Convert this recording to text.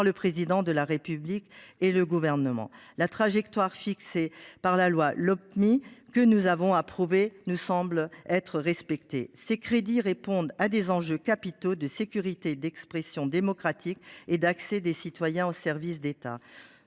le Président de la République et par le Gouvernement. La trajectoire fixée dans la Lopmi, que nous avons approuvée, nous semble respectée. Ces crédits répondent à des enjeux capitaux de sécurité, d’expression démocratique et d’accès des citoyens aux services de l’État.